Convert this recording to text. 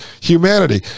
humanity